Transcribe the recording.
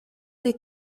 des